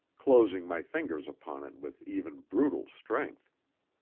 closing, my fingers upon it with even brutal strength.